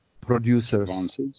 producers